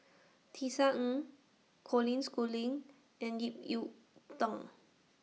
Tisa Ng Colin Schooling and Ip Yiu Tung